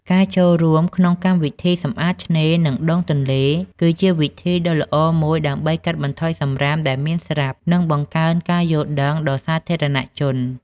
ការចូលរួមក្នុងកម្មវិធីសម្អាតឆ្នេរ និងដងទន្លេ គឺជាវិធីដ៏ល្អមួយដើម្បីកាត់បន្ថយសំរាមដែលមានស្រាប់ និងបង្កើនការយល់ដឹងដល់សាធារណជន។